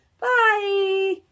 bye